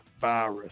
virus